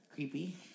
creepy